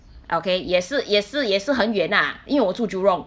okay 也是也是也是很远啊因为我住 jurong